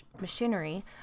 machinery